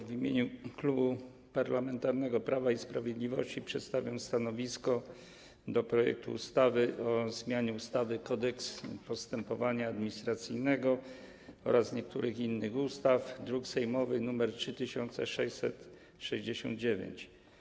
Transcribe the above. W imieniu Klubu Parlamentarnego Prawo i Sprawiedliwość przedstawiam stanowisko wobec projektu ustawy o zmianie ustawy Kodeks postępowania administracyjnego oraz niektórych innych ustaw, druk sejmowy nr 3669.